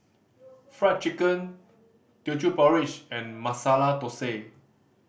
Fried Chicken Teochew Porridge and Masala Thosai